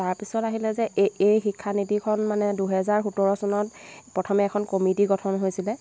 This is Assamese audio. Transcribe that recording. তাৰপিছত আহিলে যে এই এই শিক্ষানীতিখন মানে দুহেজাৰ সোতৰ চনত প্ৰথমে এখন কমিটি গঠন হৈছিলে